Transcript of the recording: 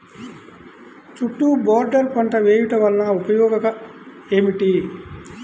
చుట్టూ బోర్డర్ పంట వేయుట వలన ఉపయోగం ఏమిటి?